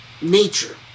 nature